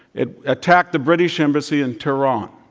it attacked the british embassy in tehran.